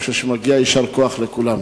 אני חושב שמגיע יישר כוח לכולם.